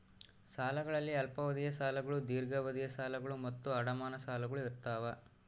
ಸಾಲಗಳಲ್ಲಿ ಅಲ್ಪಾವಧಿಯ ಸಾಲಗಳು ದೀರ್ಘಾವಧಿಯ ಸಾಲಗಳು ಮತ್ತು ಅಡಮಾನ ಸಾಲಗಳು ಇರ್ತಾವ